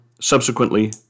Subsequently